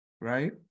right